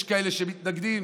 יש כאלה שמתנגדים,